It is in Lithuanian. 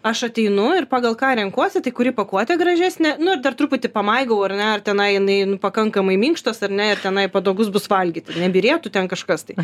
aš ateinu ir pagal ką renkuosi tai kuri pakuotė gražesnė nu ir dar truputį pamaigau ar ne ar tenai jinai nu pakankamai minkštas ar ne ir tenai patogus bus valgyti nebyrėtų ten kažkas tai